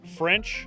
french